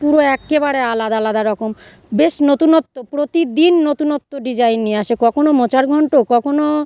পুরো একেবারে আলাদা আলাদা রকম বেশ নতুনত্ব প্রতিদিন নতুনত্ব ডিজাইন নিয়ে আসে কখনও মোচার ঘণ্ট কখনও